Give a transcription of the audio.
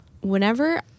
whenever